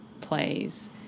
plays